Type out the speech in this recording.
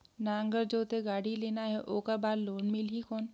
नागर जोते गाड़ी लेना हे ओकर बार लोन मिलही कौन?